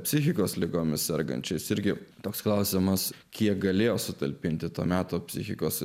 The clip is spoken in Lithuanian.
psichikos ligomis sergančiais irgi toks klausimas kiek galėjo sutalpinti to meto psichikos